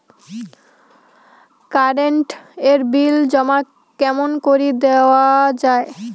Current এর bill জমা কেমন করি দেওয়া যায়?